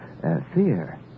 fear